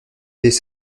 dès